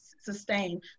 sustain